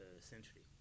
century